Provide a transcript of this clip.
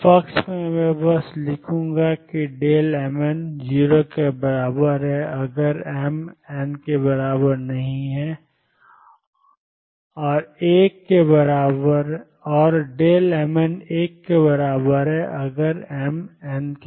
तो पक्ष में मैं बस लिखूंगा कि mn0 अगर एम≠एन और 1 के बराबर है अगर एम एन